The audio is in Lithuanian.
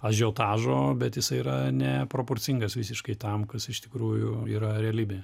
ažiotažo bet jisai yra neproporcingas visiškai tam kas iš tikrųjų yra realybė